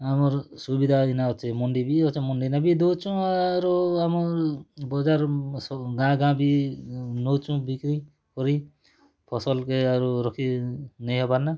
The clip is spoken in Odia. ଆମର୍ ସୁବିଧା ଏଇନା ଅଛେ ମଣ୍ଡି ବି ମଣ୍ଡି ନେ ବି ଦଉଚୁଁ ଆରୁ ଆମର୍ ବଜାର୍ ସବୁ ଗାଁ ଗାଁ ବି ନଉଛୁ ବିକ୍ରି କରି ଫସଲ୍ କେ ଆରୁ ରଖି ନେଇ ହବା ନା